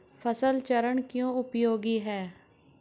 फसल चरण क्यों उपयोगी है?